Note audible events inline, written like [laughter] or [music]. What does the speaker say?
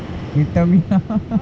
you tell me [laughs]